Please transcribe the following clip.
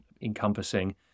encompassing